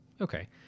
okay